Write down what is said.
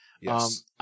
Yes